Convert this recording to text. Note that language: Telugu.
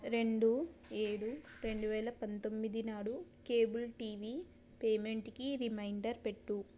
రెండు ఏడు రెండు వేల పంతొమ్మిది నాడు కేబుల్ టీవీ పేమెంటికి రిమైండర్ పెట్టు